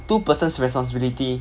two persons responsibility